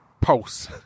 pulse